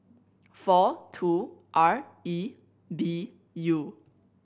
four two R E B U